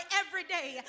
everyday